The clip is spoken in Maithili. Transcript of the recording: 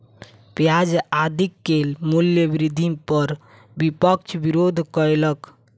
प्याज आदि के मूल्य वृद्धि पर विपक्ष विरोध कयलक